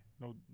No